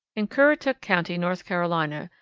in currituck county, north carolina,